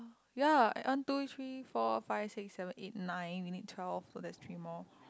ya I uh one two three four five six seven eight nine you need twelve so that's three more